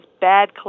bad